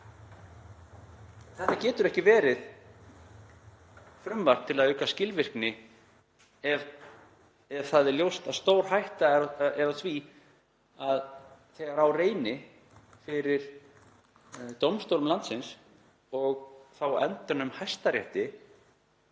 þetta getur ekki verið frumvarp til að auka skilvirkni ef það er ljóst að stór hætta er á því að þegar á reyni fyrir dómstólum landsins, og þá á endanum í Hæstarétti,